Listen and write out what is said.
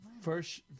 first